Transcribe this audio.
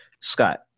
Scott